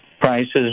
prices